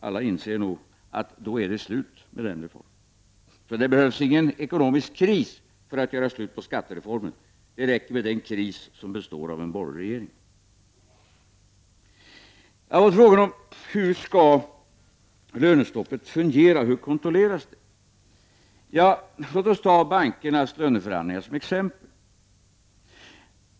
Alla inser nog att det då är slut med den reformen. Det behövs ingen ekonomisk kris för att göra slut på skattereformen — det räcker med den kris som består av en borgerlig regering. Jag har fått frågan: Hur skall lönestoppet fungera, och hur kontrolleras det? Låt oss ta bankernas löneförhandlingar som exempel.